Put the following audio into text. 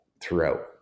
throughout